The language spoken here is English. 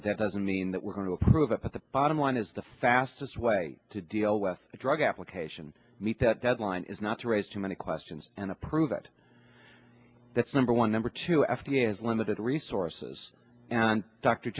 that that doesn't mean that we're going to approve it at the bottom line is the fastest way to deal with the drug application meet that deadline is not to raise too many questions and approve it that's number one number two after limited resources and dr